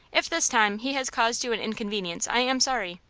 if this time he has caused you an inconvenience, i am sorry.